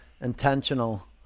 intentional